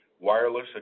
wireless